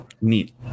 Neat